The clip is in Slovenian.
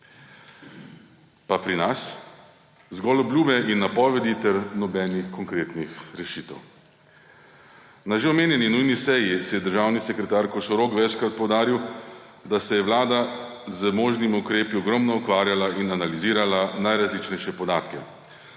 Pa pri nas? Zgolj obljube in napovedi ter nobenih konkretnih rešitev. Na že omenjeni nujni seji se je državni sekretar Košorok večkrat poudaril, da se je vlada z možnimi ukrepi ogromno ukvarjala in analizirala najrazličnejše podatke.